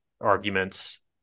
arguments